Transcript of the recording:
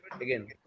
again